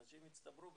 אנשים הצטברו בינתיים,